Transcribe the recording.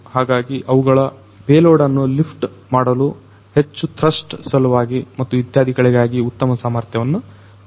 ಹಾಗಾಗಿ ಅವುಗಳು ಪೇಲೋಡ್ ಅನ್ನು ಲಿಫ್ಟ್ ಮಾಡಲು ಹೆಚ್ಚು ತ್ರಸ್ಟ್ ಸಲುವಾಗಿ ಮತ್ತು ಇತ್ಯಾದಿಗಳಿಗಾಗಿ ಉತ್ತಮ ಸಾಮರ್ಥ್ಯವನ್ನು ಹೊಂದಿವೆ